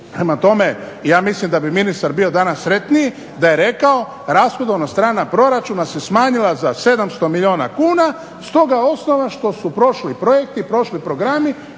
Prema tome ja mislim da bi ministar bio danas sretniji da je rekao rashodovna strana proračuna se smanjila za 700 milijuna kuna stoga osnova što su prošli projekti, prošli programi